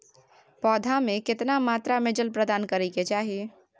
पौधा में केतना मात्रा में जल प्रदान करै के चाही?